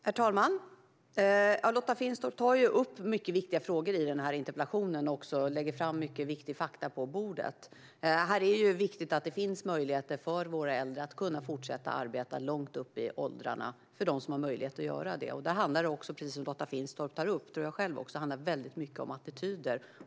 Herr talman! Lotta Finstorp tar upp mycket viktiga frågor i den här interpellationen och lägger fram viktiga fakta på bordet. Det är viktigt att det finns möjligheter för våra äldre att kunna fortsätta arbeta långt upp i åldrarna. Det handlar, precis som Lotta Finstorp tar upp och som jag själv också tror, mycket om attityder.